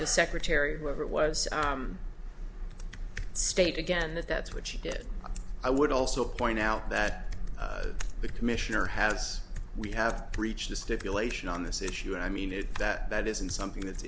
he secretary whoever it was state again that that's what she did i would also point out that the commissioner has we have breached the stipulation on this issue i mean if that isn't something that's